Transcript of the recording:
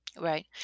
Right